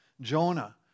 Jonah